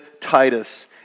Titus